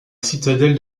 citadelle